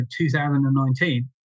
2019